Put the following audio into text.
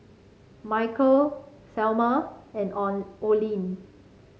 Michale Selmer and Oline